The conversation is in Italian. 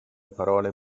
parole